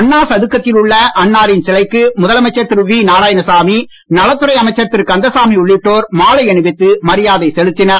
அண்ணா சதுக்கத்தில் உள்ள அன்னாரின் சிலைக்கு முதலமைச்சர் திரு வி நாராயணசாமி நலத்துறை அமைச்சர் திரு கந்தசாமி உள்ளிட்டோர் மாலை அணிவித்து மரியாதை செலுத்தினர்